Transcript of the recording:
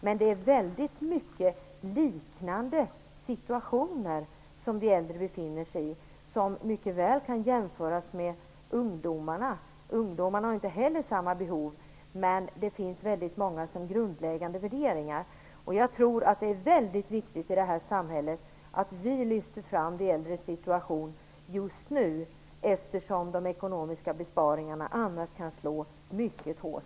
Men väldigt många situationer som de äldre befinner sig kan mycket väl jämföras med hur ungdomar har det. Ungdomarna har inte heller samma behov, men det finns många liknande grundläggande värderingar. Jag tror att det är väldigt viktigt att vi i det här samhället lyfter fram de äldres situation just nu, eftersom de ekonomiska besparingarna annars kan komma att slå mycket hårt.